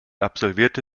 absolvierte